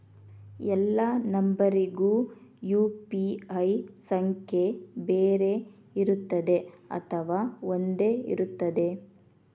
ಎಲ್ಲಾ ನಂಬರಿಗೂ ಯು.ಪಿ.ಐ ಸಂಖ್ಯೆ ಬೇರೆ ಇರುತ್ತದೆ ಅಥವಾ ಒಂದೇ ಇರುತ್ತದೆ?